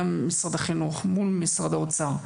גם משרד החינוך מול משרד האוצר,